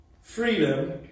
Freedom